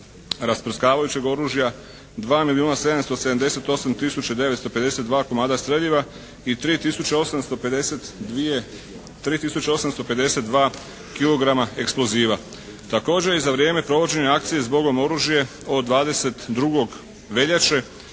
rasprskavajućeg oružja, 2 milijuna 778 tisuća 952 komada streljiva i 3 tisuće 852 kilograma eksploziva. Također je za vrijeme provođenja akcije "Zbogom oružje" od 22. veljače